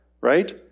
right